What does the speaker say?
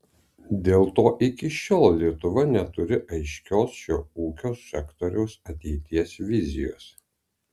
dėl to iki šiol lietuva neturi aiškios šio ūkio sektoriaus ateities vizijos